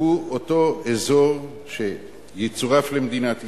הוא אותו אזור שיצורף למדינת ישראל?